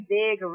big